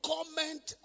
comment